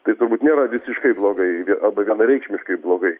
tai turbūt nėra visiškai blogai vie arba vienareikšmiškai blogai